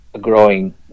growing